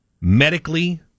medically